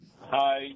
Hi